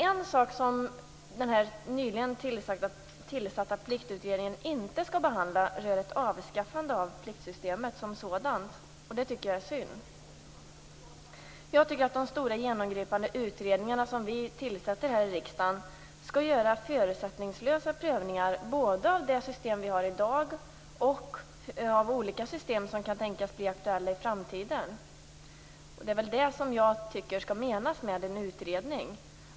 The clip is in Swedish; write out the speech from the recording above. En sak som Pliktutredningen inte skall behandla rör ett avskaffande av pliktsystemet som sådant. Det tycker jag är synd. Jag tycker att de stora och genomgripande utredningarna som riksdagen tillsätter skall göra förutsättningslösa prövningar både av det system som vi har i dag och av olika system som kan tänkas bli aktuella i framtiden. Det är det som jag tycker är meningen med en utredning.